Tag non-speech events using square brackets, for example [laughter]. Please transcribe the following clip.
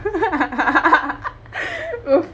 [noise] oof